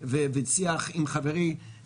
וצריך לראות את מקורות הקרן.